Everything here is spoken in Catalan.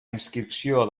inscripció